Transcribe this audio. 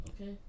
Okay